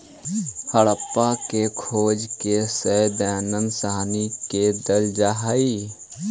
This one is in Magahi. हड़प्पा के खोज के श्रेय दयानन्द साहनी के देल जा हई